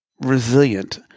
resilient